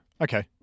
Okay